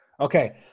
Okay